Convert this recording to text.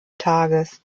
tages